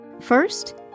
First